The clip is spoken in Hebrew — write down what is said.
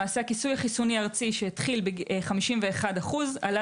הכיסוי החיסוני הארצי שהתחיל ב-51% עלה